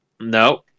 No